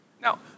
Now